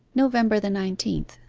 november the nineteenth.